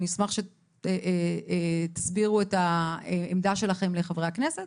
אני אשמח שתסבירו את העמדה שלכם לחברי הכנסת